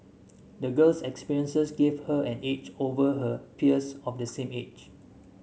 the girl's experiences gave her an edge over her peers of the same age